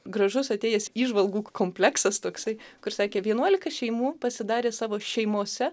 gražus atėjęs įžvalgų kompleksas toksai kur sakė vienuolika šeimų pasidarė savo šeimose